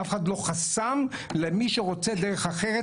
אף אחד לא חסם למי שרוצה דרך אחרת,